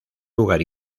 lugar